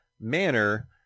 manner